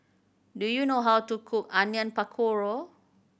do you know how to cook Onion Pakora